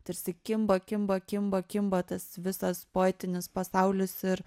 tarsi kimba kimba kimba kimba tas visas poetinis pasaulis ir